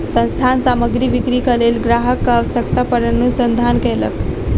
संस्थान सामग्री बिक्रीक लेल ग्राहकक आवश्यकता पर अनुसंधान कयलक